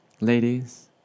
ladies